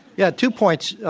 yeah, two points.